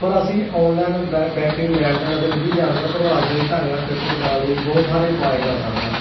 ਪਰ ਅਸੀਂ ਆਨਲਾਈਨ ਬੈ ਬੈਂਕਿੰਗ ਲੈਣ ਦੇਣ ਅਤੇ ਨਿੱਜੀ ਜਾਣਕਾਰੀ ਪ੍ਰਭਾਵਸ਼ਾਲੀ ਢੰਗ ਨਾਲ ਸੁਰੱਖਿਅਤ ਕਰਨ ਲਈ ਬਹੁਤ ਸਾਰੇ ਉਪਾਏ ਕਰ ਸਕਦੇ ਹਾਂ